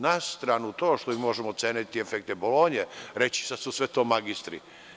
Na stranu to što mi možemo ceniti efekte Bolonje, reći da su sve to magistri.